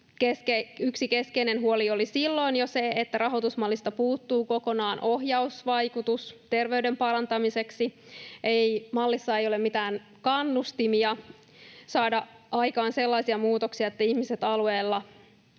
yksi keskeinen huoli oli jo silloin se, että rahoitusmallista puuttuu kokonaan ohjausvaikutus terveyden parantamiseksi. Mallissa ei ole mitään kannustimia saada aikaan sellaisia muutoksia, että ihmiset alueilla